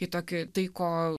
į tokį tai ko